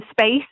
space